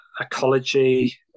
ecology